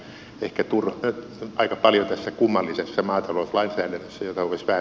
ongelma on ehkä aika paljon tässä kummallisessa maatalouslainsäädännössä jota vetää